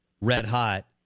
red-hot